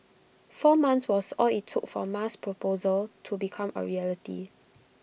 four months was all IT took for Ma's proposal to become A reality